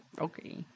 okay